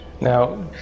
Now